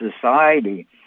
society